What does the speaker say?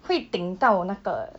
会顶到那个